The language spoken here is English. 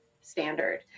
standard